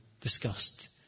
discussed